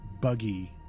Buggy